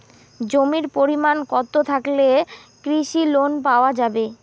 জমির পরিমাণ কতো থাকলে কৃষি লোন পাওয়া যাবে?